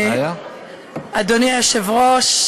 אדוני היושב-ראש,